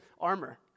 armor